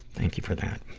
thank you for that.